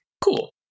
Cool